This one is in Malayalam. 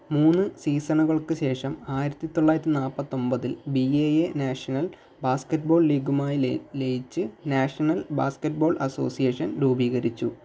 മൂന്ന് സീസണുകൾക്ക് ശേഷം ആയിരത്തിത്തൊള്ളായിരത്തി നാൽപ്പത്തൊൻപതിൽ B A A national basketball ലീഗുമായി ലയിച്ച് ലയിച്ച് നാഷണൽ ബാസ്ക്കറ്റ്ബോൾ അസോസിയേഷൻ രൂപീകരിച്ചു